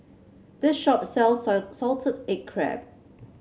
this shop sells a Salted Egg Crab